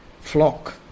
flock